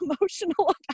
emotional